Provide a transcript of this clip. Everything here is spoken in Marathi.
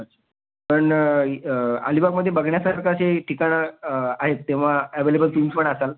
अच्छा पण इ अलिबागमध्ये बघण्यासारखं अशी ठिकाणं आहेत तेव्हा ॲवेलेबल तुम्ही पण असाल